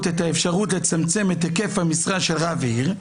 את האפשרות לצמצם את היקף המשרה של רב עיר,